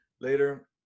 later